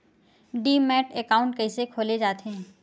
Demat account कइसे खोले जाथे?